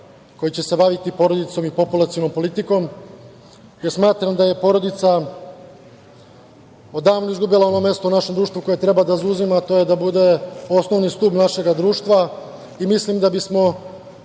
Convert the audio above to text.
koji će se baviti porodicom i populacionom politikom, jer smatram da je porodica odavno izgubila ono mesto u našem društvu koje treba da zauzima, a to je da bude osnovni stub našeg društva i mislim da bismo